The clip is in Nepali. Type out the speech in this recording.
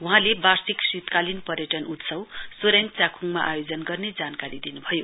वहाँले वार्षिक शीतकालीन पर्यटन उत्सव सोरेङ च्याखुङ आयोजन गर्ने जानकारी दिनुभयो